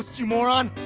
you moron!